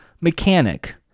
Mechanic